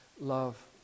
love